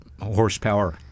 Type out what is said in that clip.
horsepower